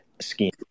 scheme